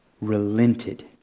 relented